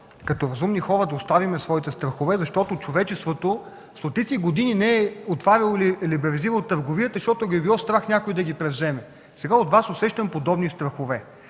като разумни хора да оставим своите страхове, защото човечеството стотици години не е отваряло и либерализирало търговията, защото я е било страх някой да ги превземе. Сега у Вас усещам подобни страхове.